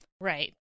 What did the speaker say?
Right